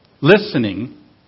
listening